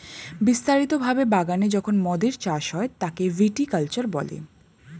বিস্তারিত ভাবে বাগানে যখন মদের চাষ হয় তাকে ভিটি কালচার বলে